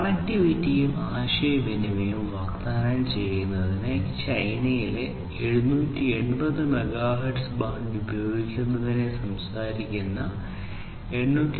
കണക്റ്റിവിറ്റിയും ആശയവിനിമയവും വാഗ്ദാനം ചെയ്യുന്നതിനായി ചൈനയിലെ 780 മെഗാഹെർട്സ് ബാൻഡ് ഉപയോഗിക്കുന്നതിനെക്കുറിച്ച് സംസാരിക്കുന്ന 802